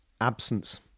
absence